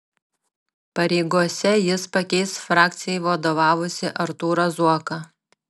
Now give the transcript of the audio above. pareigose jis pakeis frakcijai vadovavusį artūrą zuoką